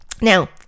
Now